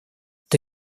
эта